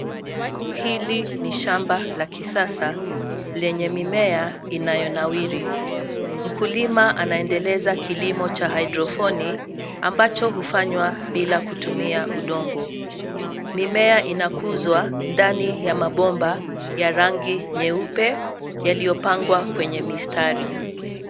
Hili ni shamba la kisasa lenye mimea inayonawiri. Mkulima anaendeleza kilimo cha haidrofoni ambacho hufanywa bila kutumia udongo. Mimea inakuzwa ndani ya mabomba ya rangi nyeupe yaliyopangwa kwenye mistari.